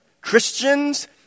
Christians